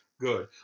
good